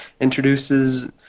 introduces